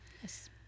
Yes